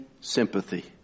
sympathy